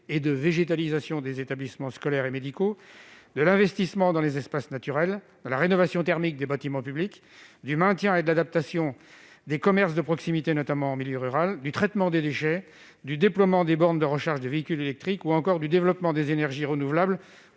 et de végétalisation des établissements scolaires, sociaux et médicosociaux ; l'investissement dans les espaces naturels ; la rénovation thermique des bâtiments publics ; le maintien et l'adaptation des commerces de proximité, notamment en milieu rural ; le traitement des déchets ; le déploiement de bornes de recharge des véhicules électriques ; le développement des énergies renouvelables